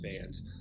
fans